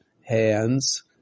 hands